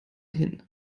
hin